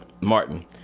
Martin